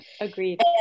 Agreed